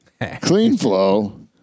Cleanflow